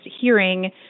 hearing